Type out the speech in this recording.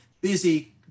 busy